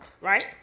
right